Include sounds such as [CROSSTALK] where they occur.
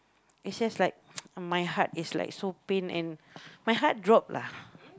it's just like [NOISE] my heart is like so pain and my heart dropped lah